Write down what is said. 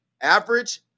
average